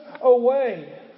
away